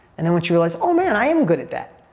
and then once you realize, oh man, i am good at that,